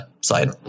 side